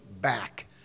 back